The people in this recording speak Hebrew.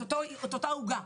את אותה עוגה.